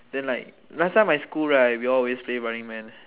then like last time my school right we all always play running man